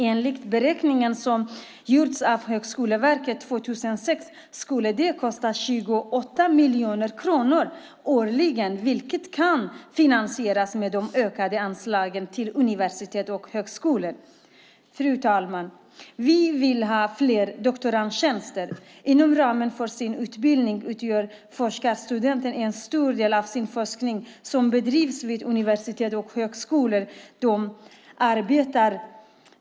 Enligt beräkningar som gjorts av Högskoleverket 2006 skulle det kosta 28 miljoner kronor årligen, vilket kan finansieras med de ökade anslagen till universitet och högskolor. Fru talman! Vi vill ha fler doktorandtjänster. Inom ramen för sin utbildning utför forskarstudenter en stor del av den forskning som bedrivs vid universitet och högskolor.